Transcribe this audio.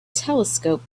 telescope